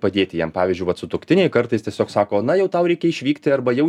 padėti jam pavyzdžiui vat sutuoktiniai kartais tiesiog sako na jau tau reikia išvykti arba jau